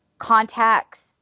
contacts